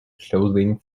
clothing